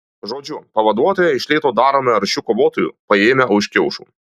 žodžiu pavaduotoją iš lėto darome aršiu kovotoju paėmę už kiaušų